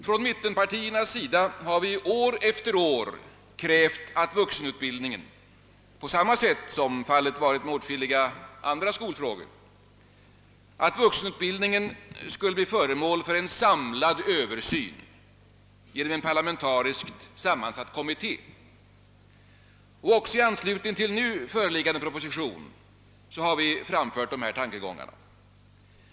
Från mittenpartiernas sida har vi år efter år krävt att vuxenutbildningen på samma sätt som fallet varit med åtskilliga andra skolfrågor skall bli föremål för en samlad översyn genom en parlamentariskt sammansatt kommitté. Även i anslutning till den nu föreliggande propositionen har vi framfört dessa tankegångar.